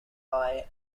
pie